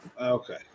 Okay